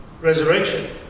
resurrection